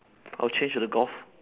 I'll change the golf